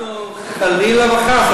אנחנו חלילה וחס,